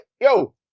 yo